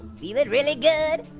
feelin' really good,